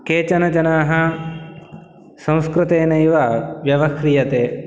केचन जनाः संस्कृतेनैव व्यवह्रियते